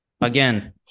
Again